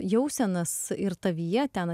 jausenas ir tavyje ten